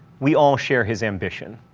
we all share his ambition.